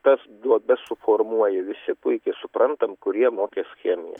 tas duobes suformuoja visi puikiai suprantam kurie mokės chemiją